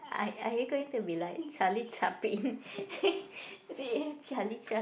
are are you going to be like Charlie-Chaplin Charlie-Chaplin